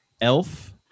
elf